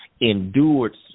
endured